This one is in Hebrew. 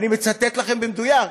אני מצטט לכם במדויק.